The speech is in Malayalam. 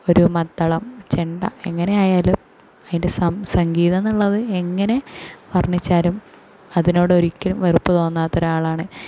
ഒരു മദ്ദളം ചെണ്ട എങ്ങനെ ആയാലും അതിൻ്റെ സംഗീതം എന്നുള്ളത് എങ്ങനെ വർണിച്ചാലും അതിനോട് ഒരിക്കലും വെറുപ്പ് തോന്നാത്ത ഒരാളാണ്